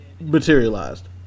materialized